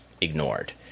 ignored